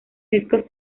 discos